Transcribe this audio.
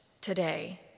today